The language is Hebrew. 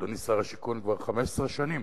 אדוני שר השיכון, כבר 15 שנים.